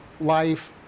life